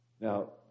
Now